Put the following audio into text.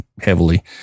heavily